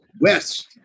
west